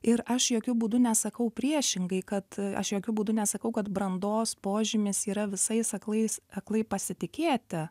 ir aš jokiu būdu nesakau priešingai kad aš jokiu būdu nesakau kad brandos požymis yra visais aklais aklai pasitikėti